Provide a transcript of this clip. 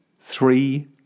three